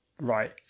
right